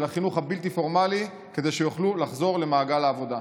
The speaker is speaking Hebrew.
החינוך הבלתי-פורמלי כדי שיוכלו לחזור למעגל העבודה.